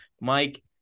Mike